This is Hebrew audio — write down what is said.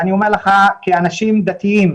ואני אומר לך כאנשים דתיים,